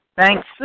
Thanks